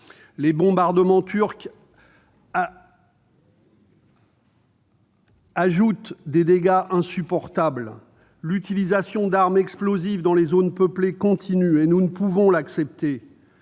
Les bombardements turcs occasionnent de nouveaux dégâts insupportables. L'utilisation d'armes explosives dans les zones peuplées continue ; nous ne pouvons l'accepter.